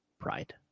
Pride